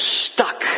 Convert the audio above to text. stuck